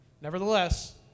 Nevertheless